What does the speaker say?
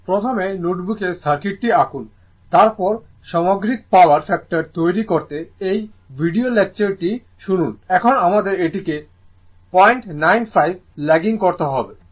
প্রথমে নোটবুকে সার্কিট আঁকুন তারপর সামগ্রিক পাওয়ার ফ্যাক্টর তৈরি করতে এই ভিডিও লেকচারটি শুনুন এখন আমাদের এটিকে 095 ল্যাগিং করতে হবে